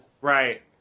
Right